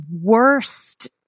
worst